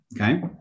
Okay